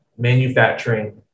manufacturing